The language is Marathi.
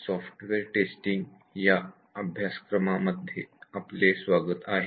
सॉफ्टवेअर टेस्टिंग या अभ्यासक्रमांमध्ये आपले स्वागत आहे